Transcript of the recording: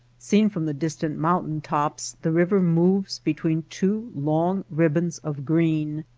seen from the distant mountain tops the river moves between two long ribbons of green,